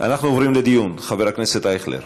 אנחנו עוברים לדיון, חבר הכנסת אייכלר.